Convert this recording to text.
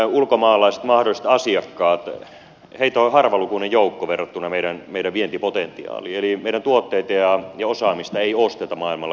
meidän ulkomaalaisia mahdollisia asiakkaita on harvalukuinen joukko verrattuna meidän vientipotentiaaliin eli meidän tuotteita ja osaamista ei osteta maailmalla koska talous menee huonosti